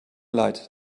leid